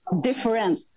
different